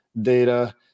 data